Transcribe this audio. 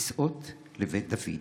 כסאות לבית דוד.